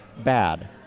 Bad